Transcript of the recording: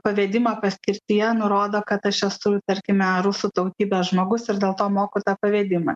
pavedimo paskirtyje nurodo kad aš esu tarkime rusų tautybės žmogus ir dėl to moku tą pavedimą